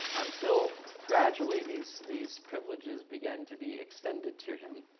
until, gradually these these privileges began to be extended to him.